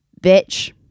bitch